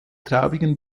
traubigen